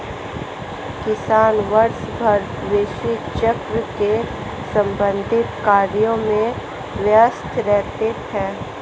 किसान वर्षभर कृषि चक्र से संबंधित कार्यों में व्यस्त रहते हैं